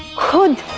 could